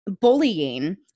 Bullying